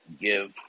give